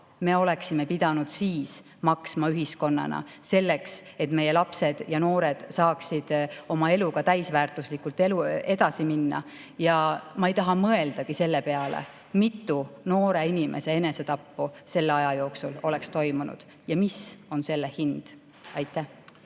me oleksime pidanud siis maksma ühiskonnana selleks, et meie lapsed ja noored saaksid oma eluga täisväärtuslikult edasi minna? Ja ma ei taha mõeldagi selle peale, mitu noore inimese enesetappu selle aja jooksul oleks toimunud ja mis on selle hind. Jürgen